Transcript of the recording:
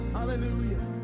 Hallelujah